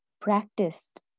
practiced